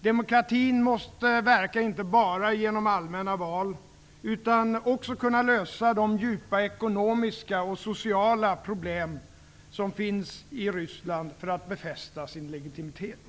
Demokratin måste inte bara verka med hjälp av allmänna val, utan också kunna lösa de djupa ekonomiska och sociala problemen som finns i Ryssland för att befästa sin legitimitet.